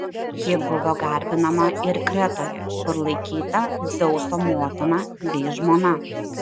ji buvo garbinama ir kretoje kur laikyta dzeuso motina bei žmona